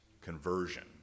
conversion